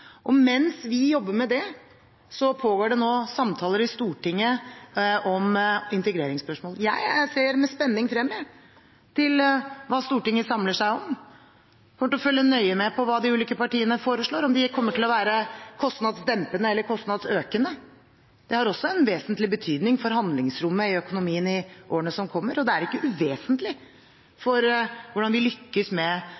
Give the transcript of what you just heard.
og mens vi jobber med det, pågår det nå samtaler i Stortinget om integreringsspørsmål. Jeg ser med spenning frem til hva Stortinget samler seg om. Jeg kommer til å følge nøye med på hva de ulike partiene foreslår, om det kommer til å være kostnadsdempende eller kostnadsøkende. Det har også en vesentlig betydning for handlingsrommet i økonomien i årene som kommer, og det er ikke uvesentlig for hvordan vi lykkes med